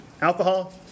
alcohol